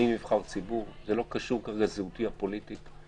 אני נבחר ציבור, זה לא קשור כרגע לזהותי הפוליטית.